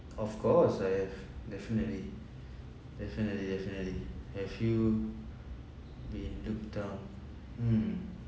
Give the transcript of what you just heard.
of course I have definitely definitely definitely have you been looked down mm